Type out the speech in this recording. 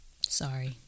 Sorry